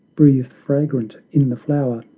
breathe fragrant in the flower,